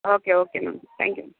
okay okay ma'am thank you